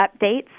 updates